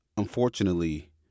Unfortunately